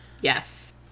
Yes